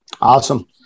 Awesome